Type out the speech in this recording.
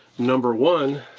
number one,